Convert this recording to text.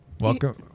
welcome